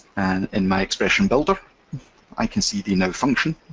and in my expression builder i can see the now function,